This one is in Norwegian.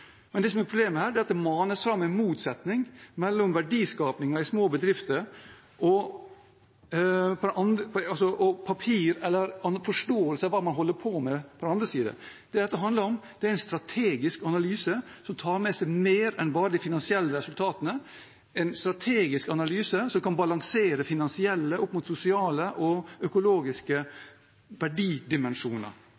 Men det som er problemet her, er at det manes fram en motsetning mellom verdiskapingen i små bedrifter på den ene siden og forståelse av hva man holder på med, på den andre siden. Det dette handler om, er en strategisk analyse som tar med seg mer enn bare de finansielle resultatene, en strategisk analyse som kan balansere finansielle opp mot sosiale og økologiske